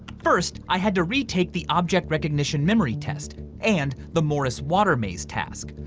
first, i had to retake the object recognition memory test and the morris water maze task,